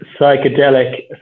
psychedelic